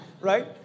right